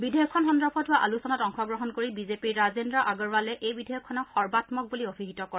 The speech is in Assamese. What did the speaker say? বিধেয়কখন সন্দৰ্ভত হোৱা আলোচনাত অংশগ্ৰহণ কৰি বিজেপিৰ ৰাজেন্দ্ৰ আগৰৱালে এই বিধেয়কখনক সৰ্বাঘ্মক বুলি অভিহিত কৰে